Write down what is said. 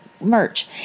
merch